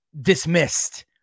dismissed